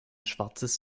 schwarzes